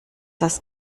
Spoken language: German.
das